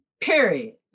period